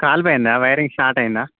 కాలిపోయిందా wiring short అయిందా